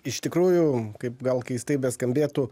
iš tikrųjų kaip gal keistai beskambėtų